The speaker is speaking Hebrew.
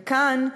וכאן,